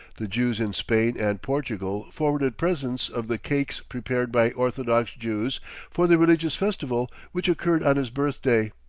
the jews in spain and portugal forwarded presents of the cakes prepared by orthodox jews for the religious festival which occurred on his birthday.